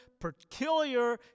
peculiar